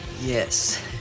Yes